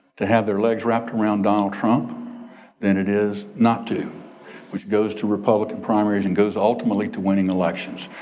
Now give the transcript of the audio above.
to have their legs wrapped around donald trump than it is not to which goes to republican primaries and goes ultimately to winning elections.